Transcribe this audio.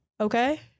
okay